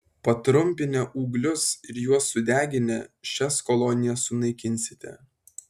patrumpinę ūglius ir juos sudeginę šias kolonijas sunaikinsite